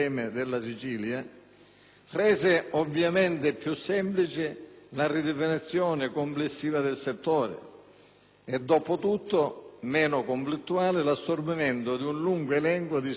rese ovviamente più semplice la ridefinizione complessiva del settore e, dopo tutto, meno conflittuale l'assorbimento di un lungo elenco di istituti di minore